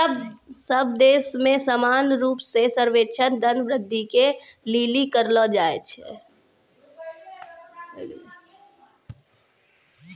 सब देश मे समान रूप से सर्वेक्षण धन वृद्धि के लिली करलो जाय छै